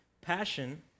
passion